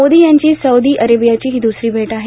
मोदी यांची सौदी अरेबियाची ही दुसरी भेट आहे